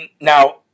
now